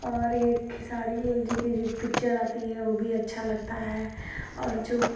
और ये खेसारी लाल जी की जो पिक्चर आती है वो भी अच्छा लगता है और जो